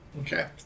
Okay